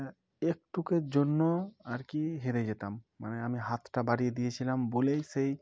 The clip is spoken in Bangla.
একটুকের জন্য আর কি হেরে যেতাম মানে আমি হাতটা বাড়িয়ে দিয়েছিলাম বলেই সেই